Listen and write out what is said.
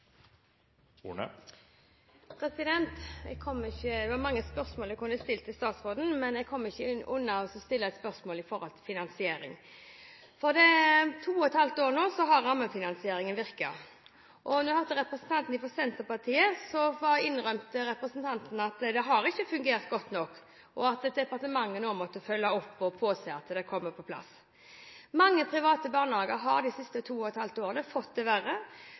spørsmål jeg kunne stilt til statsråden, men jeg kommer ikke unna å stille et spørsmål om finansiering. I to og et halvt år har rammefinansieringen virket, og vi hørte representanten fra Senterpartiet innrømme at det ikke har fungert godt nok, og at departementet må følge opp og påse at det kommer på plass. Mange private barnehager har de siste to og et halvt årene fått det verre.